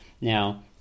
Now